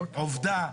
עובדה,